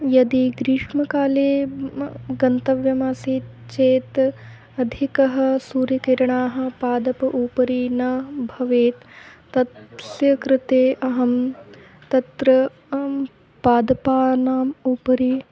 यदि ग्रीष्मकाले म गन्तव्यम् आसीत् चेत् अधिकः सूर्यकिरणः पादप उपरि न भवेत् तस्य कृते अहं तत्र पादपानाम् उपरि